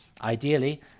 ideally